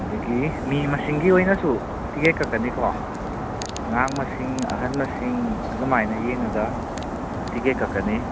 ꯑꯗꯒꯤ ꯃꯤ ꯃꯁꯤꯡꯒꯤ ꯑꯣꯏꯅꯁꯨ ꯇꯤꯛꯀꯦꯠ ꯀꯛꯀꯅꯤꯀꯣ ꯑꯉꯥꯡ ꯃꯁꯤꯡ ꯑꯍꯟ ꯃꯁꯤꯡ ꯑꯗꯨꯃꯥꯏꯅ ꯌꯦꯡꯉꯒ ꯇꯤꯛꯀꯦꯠ ꯀꯛꯀꯅꯤ